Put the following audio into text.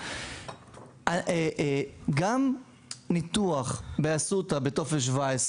גם ניתוח באסותא בטופס 17,